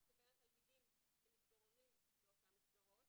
לבין התלמידים שמתגוררים באותן רשויות.